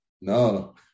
No